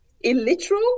Illiterate